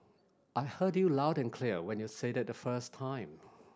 I heard you loud and clear when you said it the first time